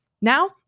Now